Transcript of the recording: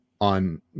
on